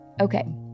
Okay